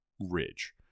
ridge